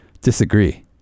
Disagree